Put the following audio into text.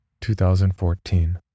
2014